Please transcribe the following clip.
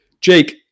Jake